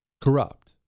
corrupt